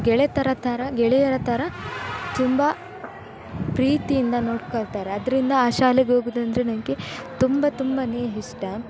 ಗೆಳೆಯರ ಥರ ಗೆಳೆಯರ ಥರ ತುಂಬ ಪ್ರೀತಿಯಿಂದ ನೋಡ್ಕೊಳ್ತಾರೆ ಆದ್ದರಿಂದ ಆ ಶಾಲೆಗೋಗೋದೆಂದ್ರೆ ನನಗೆ ತುಂಬ ತುಂಬನೇ ಇಷ್ಟ